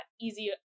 easy